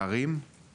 הפערים